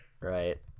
right